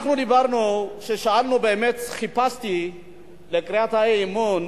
חיפשתי לקראת האי-אמון,